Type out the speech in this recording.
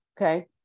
Okay